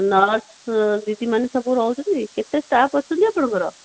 nurse ଦିଦିମାନେ ସବୁ ରହୁଛନ୍ତି କେତେ ଷ୍ଟାପ୍ ଅଛନ୍ତି ଆପଣଙ୍କର